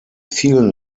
vielen